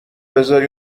بزاری